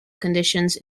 conditions